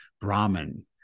Brahman